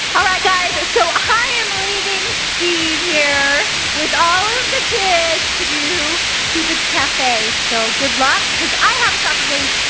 alright guys, so i am leaving steve here with all of the kids to do cupid's cafe so good luck cause i have a soccer game.